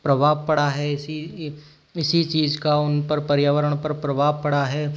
प्रभाव पड़ा है इसी इसी चीज का उन पर पर्यावरण पर प्रभाव पड़ा है